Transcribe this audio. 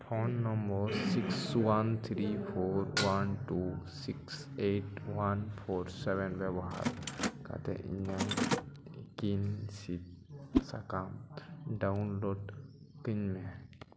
phone number six one three four one two six eight one four seven ᱵᱮᱵᱚᱦᱟᱨ ᱠᱟᱛᱮ ᱤᱧᱟᱹᱝ ᱠᱤᱱ ᱥᱤᱫ ᱥᱟᱠᱟᱢ ᱰᱟᱣᱩᱱᱞᱳᱰ ᱠᱟᱹᱧᱢᱮ